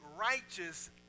righteous